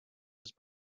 his